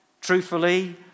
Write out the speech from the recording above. Truthfully